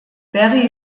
berry